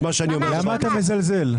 למה אתה מזלזל?